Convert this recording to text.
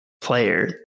player